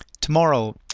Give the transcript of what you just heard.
Tomorrow